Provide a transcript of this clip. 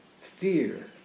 fear